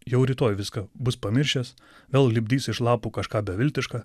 jau rytoj viską bus pamiršęs vėl lipdys iš lapų kažką beviltiška